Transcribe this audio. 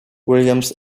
williams